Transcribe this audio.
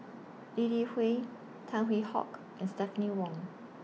Lee Li Hui Tan Hwee Hock and Stephanie Wong